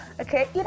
Okay